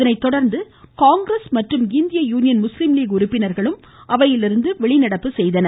அதனை தொடர்ந்து காங்கிரஸ் மற்றும் இந்தியன் யூனியன் முஸ்லீம் லீக் உறுப்பினர்களும் பேரவையிலிருந்து வெளிநடப்பு செய்தனர்